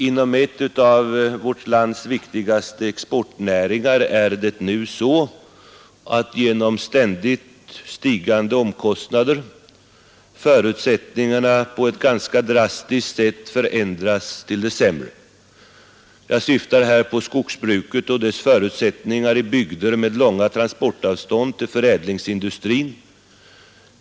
Inom en av vårt lands viktigaste exportnäringar förändras nu förutsättningarna, till följd av ständigt stigande omkostnader, på ett ganska drastiskt sätt till det sämre. Jag syftar här på skogsbruket och dess förutsättningar i bygder med långa transportavstånd till förädlingsindustrin.